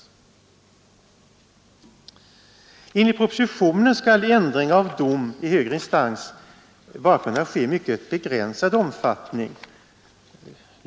Enligt propositionen skall ändring av dom i högre instans bara kunna ske i mycket begränsad omfattning.